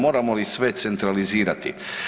Moramo li sve centralizirati?